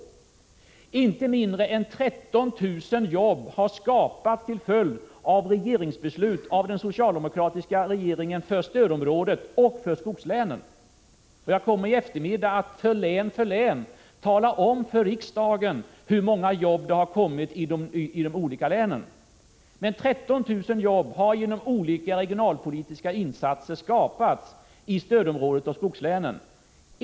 Inte mindre än 13 000 jobb har skapats till följd av beslut av den socialdemokratiska regeringen för stödområdet och för skogslänen. Jag kommer i eftermiddag att tala om för riksdagen hur många jobb som i län för län har tillkommit. 13 000 jobb har, som sagt, skapats i stödområdet och i skogslänen genom olika regionalpolitiska insatser.